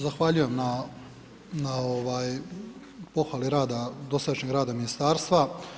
Zahvaljujem na pohvali dosadašnjeg rada ministarstva.